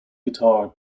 guitar